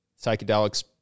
psychedelics